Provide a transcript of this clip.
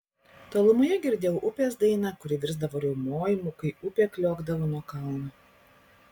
tolumoje girdėjau upės dainą kuri virsdavo riaumojimu kai upė kliokdavo nuo kalno